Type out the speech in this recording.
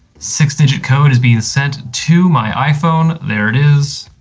six digit code is being sent to my iphone. there it is.